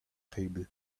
table